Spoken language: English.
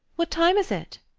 what time is it?